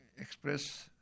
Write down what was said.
express